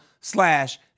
slash